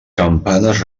campanes